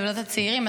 בוועדת הצעירים,